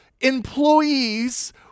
employees